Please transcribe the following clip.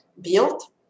built